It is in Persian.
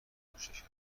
خورشت